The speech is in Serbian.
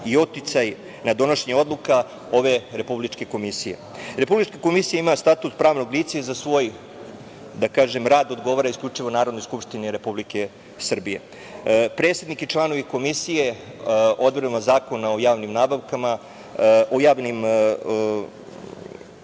i uticaj na donošenje odluka ove Republike komisije. Republička komisija ima status pravnog lica i za svoj rad odgovara isključivo Narodnoj skupštini Republike Srbije. Predsednik i članovi Komisije odredbama Zakona o javnim nabavkama ne